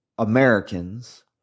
Americans